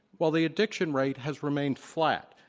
while the addiction rate has remained flat.